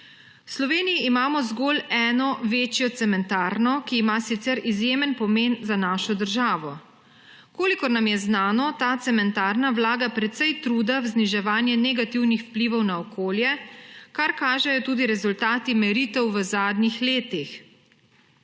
V Sloveniji imamo zgolj eno večjo cementarno, ki ima sicer izjemen pomen za našo državo. Kolikor nam je znano, ta cementarna vlaga precej truda v zniževanje negativnih vplivov na okolje, kar kažejo tudi rezultati meritev v zadnjih letih.